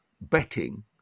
betting